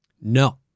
No